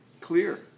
clear